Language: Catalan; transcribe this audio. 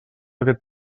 aquest